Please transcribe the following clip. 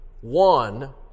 One